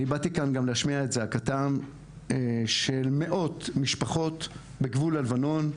באתי להשמיע את זעקתם של מאוד משפחות בגבול הלבנון,